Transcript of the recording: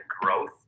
growth